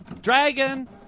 Dragon